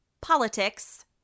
politics